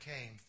came